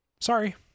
Sorry